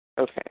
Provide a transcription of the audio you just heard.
Okay